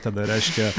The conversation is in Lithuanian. tada reiškia